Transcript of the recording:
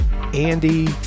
Andy